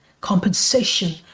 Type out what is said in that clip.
compensation